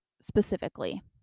specifically